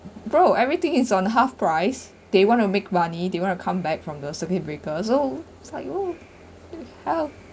bro everything is on half price they want to make money they want to come back from the circuit breaker so it's like oh how